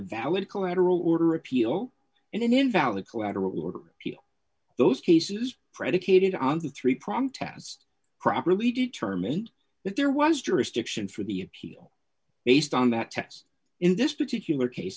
valid collateral order appeal and an invalid collateral or those cases predicated on the three prong test properly determined that there was jurisdiction for the appeal based on that test in this particular case